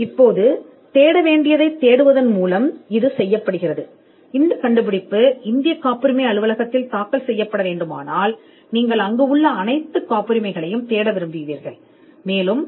இப்போது தேட வேண்டியதை தேடுவதன் மூலம் இது செய்யப்படுகிறது இது இந்திய காப்புரிமை அலுவலகம் என்றால் இந்த கண்டுபிடிப்பு இந்திய காப்புரிமை அலுவலகத்தில் தாக்கல் செய்யப்பட வேண்டும் என்று நீங்கள் கூறுவீர்கள் மேலும் நீங்கள் அனைத்து காப்புரிமைகளையும் தேட விரும்புகிறீர்கள் இந்திய காப்புரிமை அலுவலகம்